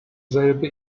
selbe